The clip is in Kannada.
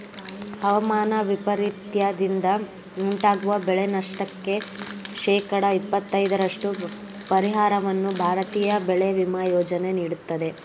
ಹವಾಮಾನ ವೈಪರೀತ್ಯದಿಂದ ಉಂಟಾಗುವ ಬೆಳೆನಷ್ಟಕ್ಕೆ ಶೇಕಡ ಇಪ್ಪತೈದರಷ್ಟು ಪರಿಹಾರವನ್ನು ಭಾರತೀಯ ಬೆಳೆ ವಿಮಾ ಯೋಜನೆ ನೀಡುತ್ತದೆ